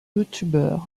youtuber